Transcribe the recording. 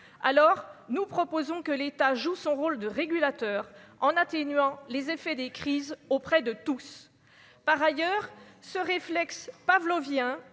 alors nous proposons que l'État joue son rôle de régulateur en atténuant les effets des crises auprès de tous par ailleurs ce réflexe pavlovien,